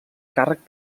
càrrec